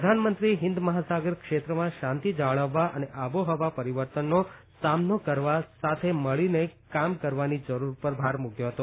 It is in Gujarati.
પ્રધાનમંત્રીએ હિન્દ મહાસાગર ક્ષેત્રમાં શાંતિ જાળવવા અને આબોહવા પરિવર્તનનો સામનો કરવા સાથે મળીને કામ કરવાની જરૂર પર ભાર મુક્યો હતો